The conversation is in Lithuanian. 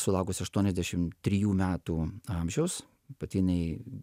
sulaukusi aštuoniasdešimt trijų metų amžiaus pati jinai